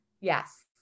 yes